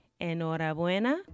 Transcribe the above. Enhorabuena